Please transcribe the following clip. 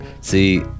see